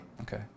Okay